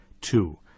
Two